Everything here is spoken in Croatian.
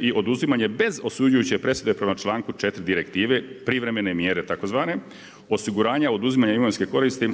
i oduzimanje bez osuđujuće presude prema članku 4. direktive, privremene mjere tzv., osiguranja oduzimanja imovinske koristi